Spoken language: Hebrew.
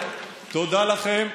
תודה לכם.